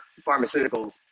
pharmaceuticals